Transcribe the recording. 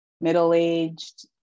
middle-aged